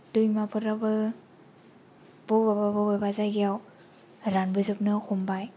दैमाफोरावबो बबेबा बबेबा जायगायाव रानबोजोबनो हमबाय